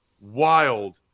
wild